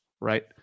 right